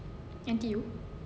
N_T_U